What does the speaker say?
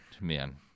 Man